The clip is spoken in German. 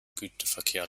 güterverkehr